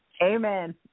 Amen